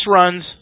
runs